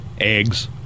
eggs